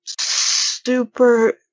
super